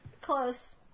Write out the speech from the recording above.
Close